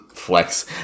flex